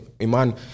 iman